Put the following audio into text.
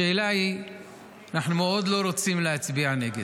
אנחנו מאוד לא רוצים להצביע נגד.